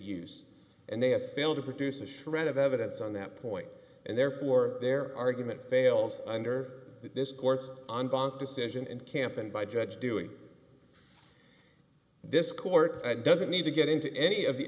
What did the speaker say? use and they have failed to produce a shred of evidence on that point and therefore their argument fails under this court's on bond decision and camp and by judge doing this court doesn't need to get into any of the